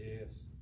Yes